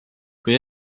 kui